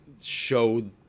show